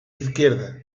izquierda